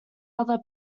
other